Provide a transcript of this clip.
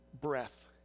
breath